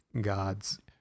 gods